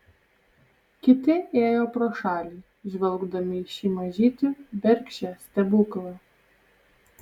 kiti ėjo pro šalį žvelgdami į šį mažytį bergždžią stebuklą